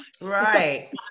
right